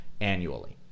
annually